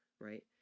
right